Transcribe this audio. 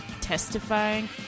testifying